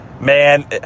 Man